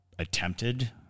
attempted